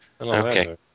Okay